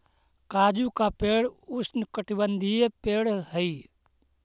काजू का पेड़ उष्णकटिबंधीय पेड़ हई